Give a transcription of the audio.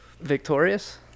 Victorious